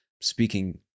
speaking